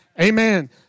Amen